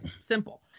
simple